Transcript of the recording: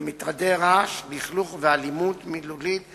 מטרדי רעש, לכלוך ואלימות מילולית ופיזית,